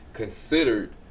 Considered